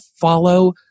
follow